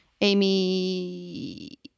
Amy